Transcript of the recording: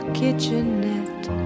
kitchenette